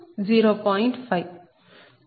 5